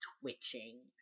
twitching